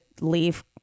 leave